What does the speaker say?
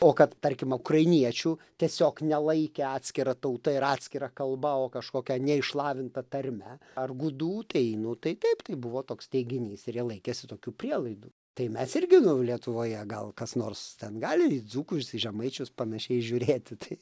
o kad tarkim ukrainiečių tiesiog nelaikė atskira tauta ir atskira kalba o kažkokia neišlavinta tarme ar gudų tai nu tai taip tai buvo toks teiginys ir jie laikėsi tokių prielaidų tai mes irgi lietuvoje gal kas nors gali į dzūkus į žemaičius panašiai žiūrėti tai